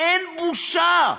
אין בושה.